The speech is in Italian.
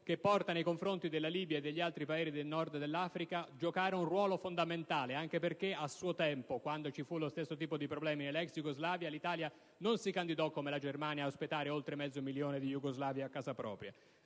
che porta nei confronti della Libia e degli altri Paesi nordafricani, deve giocare un ruolo fondamentale, anche perché a suo tempo, quando ci fu lo stesso tipo di problemi nella ex Jugoslavia, l'Italia non si candidò, come la Germania, ad ospitare oltre mezzo milione di jugoslavi a casa propria.